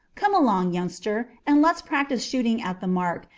come along, youngster, and let's practise shooting at the mark,